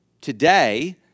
today